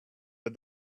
but